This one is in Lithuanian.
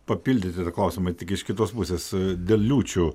papildyti dar klausimą tik iš kitos pusės dėl liūčių